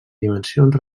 dimensions